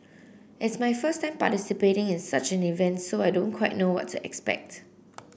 it's my first time participating in such an event so I don't quite know what to expect